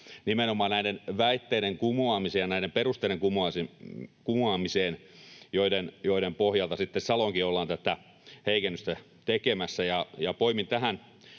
nimenomaan näiden väitteiden kumoamiseen ja näiden perusteiden kumoamiseen, joiden pohjalta sitten Saloonkin ollaan tätä heikennystä tekemässä. Poimin tähän